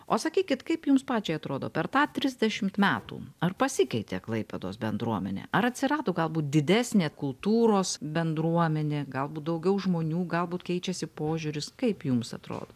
o sakykit kaip jums pačiai atrodo per tą trisdešimt metų ar pasikeitė klaipėdos bendruomenė ar atsirado galbūt didesnė kultūros bendruomenė galbūt daugiau žmonių galbūt keičiasi požiūris kaip jums atrodo